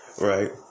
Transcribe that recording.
right